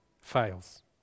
fails